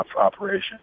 operation